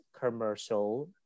commercial